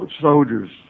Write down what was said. soldiers